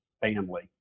family